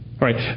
right